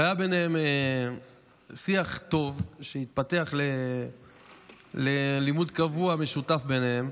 והיה ביניהם שיח טוב שהתפתח ללימוד קבוע משותף ביניהם.